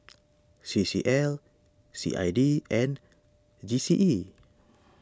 C C L C I D and G C E